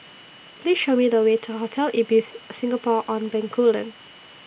Please Show Me The Way to Hotel Ibis Singapore on Bencoolen